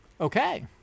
Okay